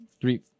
Three